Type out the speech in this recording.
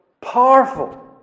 Powerful